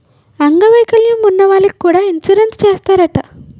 అంగ వైకల్యం ఉన్న వాళ్లకి కూడా ఇన్సురెన్సు చేస్తారట